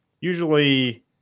usually